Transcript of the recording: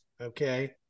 okay